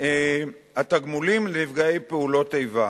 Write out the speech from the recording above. התגמולים לנפגעי פעולות איבה.